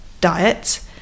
diet